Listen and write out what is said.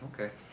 okay